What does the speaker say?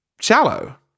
shallow